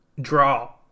draw